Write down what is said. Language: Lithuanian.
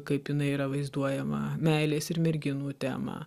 kaip jinai yra vaizduojama meilės ir merginų tema